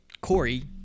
Corey